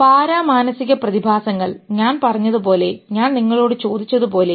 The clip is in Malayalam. പാരാ മാനസിക പ്രതിഭാസങ്ങൾ ഞാൻ പറഞ്ഞതുപോലെ ഞാൻ നിങ്ങളോട് ചോദിച്ചതുപോലെ